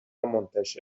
منتشر